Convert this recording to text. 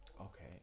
Okay